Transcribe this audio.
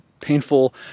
painful